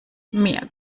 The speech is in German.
mir